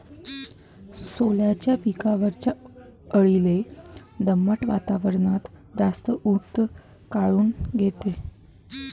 सोल्याच्या पिकावरच्या अळीले दमट वातावरनात जास्त ऊत काऊन येते?